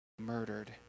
murdered